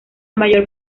mayor